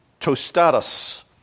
Tostatus